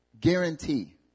Guarantee